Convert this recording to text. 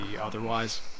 otherwise